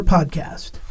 Podcast